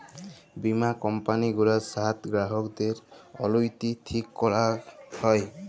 বীমা কম্পালি গুলার সাথ গ্রাহকদের অলুইটি ঠিক ক্যরাক হ্যয়